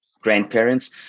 grandparents